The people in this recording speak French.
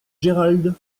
gerald